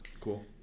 Cool